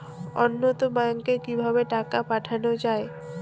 অন্যত্র ব্যংকে কিভাবে টাকা পাঠানো য়ায়?